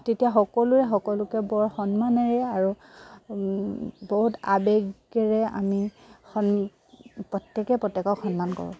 তেতিয়া সকলোৰে সকলোকে বৰ সন্মানেৰে আৰু বহুত আৱেগেৰে আমি সন্মান প্ৰত্যেকে প্ৰত্যেকক সন্মান কৰোঁ